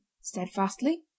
steadfastly